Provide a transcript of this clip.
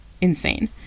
insane